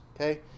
okay